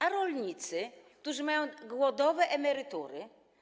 A rolnicy, którzy mają głodowe emerytury?